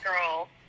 girl